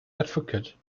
advocate